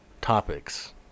Topics